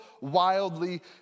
wildly